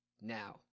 now